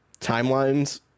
timelines